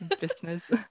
business